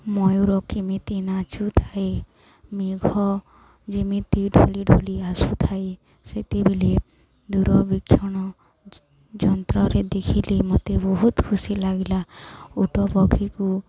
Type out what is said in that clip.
ମୟୂର କେମିତି ନାଚୁ ଥାଏ ମେଘ ଯେମିତି ଢଳି ଢଳି ଆସୁଥାଏ ସେତେବେଳେ ଦୂରବୀକ୍ଷଣ ଯନ୍ତ୍ରରେ ଦେଖିଲେ ମୋତେ ବହୁତ ଖୁସି ଲାଗିଲା ଓଟ ପକ୍ଷୀକୁ